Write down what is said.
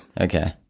okay